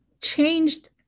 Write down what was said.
changed